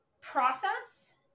process